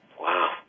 Wow